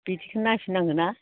बिदिखो नायफिन नांगोना